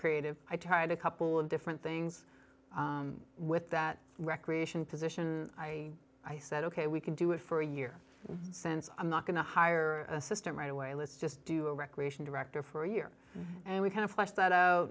creative i tried a couple of different things with that recreation position i i said ok we can do it for a year since i'm not going to hire a system right away let's just do a recreation director for a year and we kind of flesh that